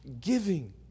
giving